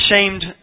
ashamed